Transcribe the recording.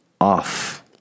off